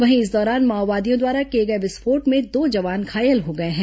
वहीं इस दौरान माओवादियों द्वारा किए गए विस्फोट में दो जवान घायल हो गए हैं